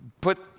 put